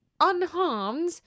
unharmed